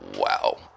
wow